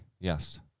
yes